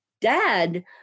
dad